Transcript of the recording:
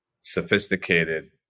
sophisticated